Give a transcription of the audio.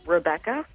Rebecca